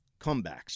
comebacks